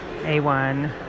A1